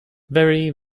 very